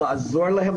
לעזור להם,